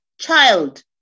Child